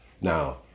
Now